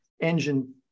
engine